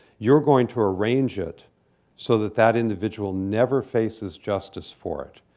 you're going to arrange it so that that individual never faces justice for it.